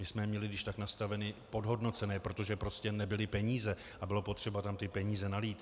Měli jsme je když tak nastaveny podhodnoceně, protože prostě nebyly peníze a bylo potřeba tam ty peníze nalít.